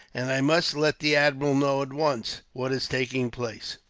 and i must let the admiral know, at once, what is taking place.